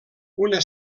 una